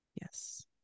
Yes